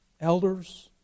elders